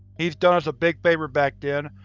he's done us a big favor back then,